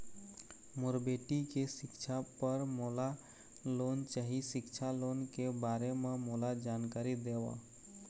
मोर बेटी के सिक्छा पर मोला लोन चाही सिक्छा लोन के बारे म मोला जानकारी देव?